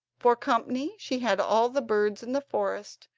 for company she had all the birds in the forest,